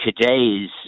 today's